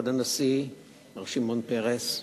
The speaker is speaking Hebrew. כבוד הנשיא מר שמעון פרס,